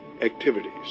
activities